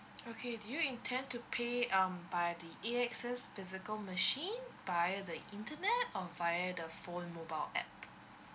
okay do you intend to pay um by the A_X_S physical machine via the internet or via the phone mobile app